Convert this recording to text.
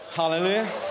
hallelujah